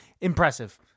impressive